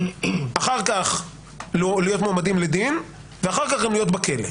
אחר כך להיות מועמדים לדין ואחר כך גם להיות בכלא,